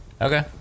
Okay